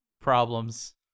problems